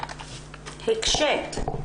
הקשית.